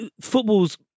football's